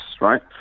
Right